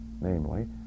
namely